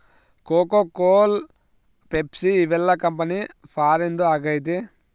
cocoa Cola Pepsi ಇವೆಲ್ಲ company ಫಾರಿನ್ದು ಆಗೈತೆ